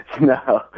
no